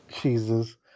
Jesus